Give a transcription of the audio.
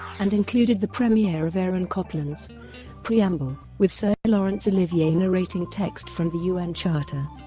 and included the premiere of aaron copland's preamble with sir laurence olivier narrating text from the un charter.